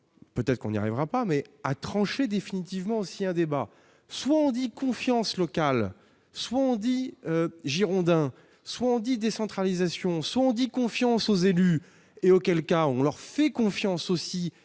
peut-être qu'on n'y arrivera pas, mais à trancher définitivement ancien débat soit on dit confiance locales souvent dit Girondins, soit on dit décentralisation sont dit confiance aux élus et auquel cas, on leur fait confiance, aussi,